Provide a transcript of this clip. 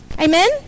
Amen